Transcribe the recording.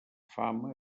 fama